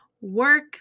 work